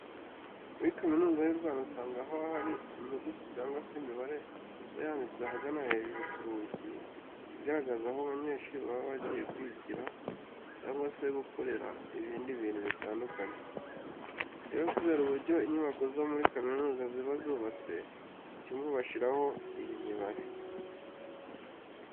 Muri Kaminuza y'u Rwanda usanga haba hari inyuguti cyangwa se imibare iba yanditse ahagana hejuru ku rugi igaragaza aho abanyeshuri baba bagiye kwigira cyangwa se gukorera ibindi bintu bitandukanye. Rero kubera uburyo inyubako zo muri kaminuza ziba zubatse, buri cyumba bashyiraho iyi mibare.